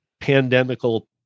pandemical